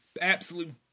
absolute